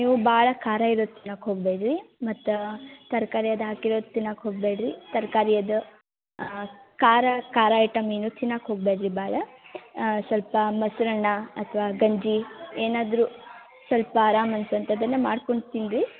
ನೀವು ಭಾಳ ಖಾರ ಇರೋದು ತಿನ್ನೋಕೆ ಹೋಗ್ಬೇಡ್ರಿ ಮತ್ತು ತರಕಾರಿ ಅದು ಹಾಕಿರೋದು ತಿನ್ನೋಕೆ ಹೋಗ್ಬೇಡ್ರಿ ತರಕಾರಿ ಅದು ಖಾರ ಖಾರ ಐಟಮ್ ಏನ್ನೂ ತಿನ್ನೋಕೆ ಓಗ್ಬೇಡ್ರಿ ಭಾಳ ಸ್ವಲ್ಪ ಮೊಸರನ್ನ ಅಥ್ವಾ ಗಂಜಿ ಏನಾದರು ಸ್ವಲ್ಪ ಆರಾಮ್ ಅನ್ಸುವಂಥದ್ದನ್ನ ಮಾಡ್ಕೊಂಡು ತಿನ್ರಿ